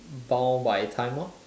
bound by time lor